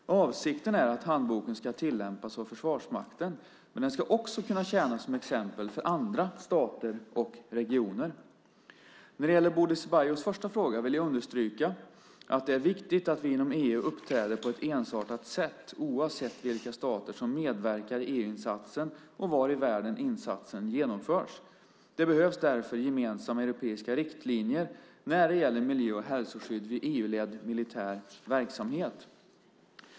Avsikten är att handboken ska tillämpas av Försvarsmakten. Men den ska också kunna tjäna som ett exempel för andra stater och regioner. När det gäller Bodil Ceballos första fråga vill jag understryka att det är viktigt att vi inom EU uppträder på ensartat sätt, oavsett vilka stater som medverkar i EU-insatsen och var i världen insatsen genomförs. Det behövs därför gemensamma europeiska riktlinjer när det gäller miljö och hälsoskydd vid EU-ledd militär verksamhet.